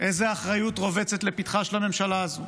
איזו אחריות רובצת לפתחה של הממשלה הזאת,